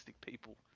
people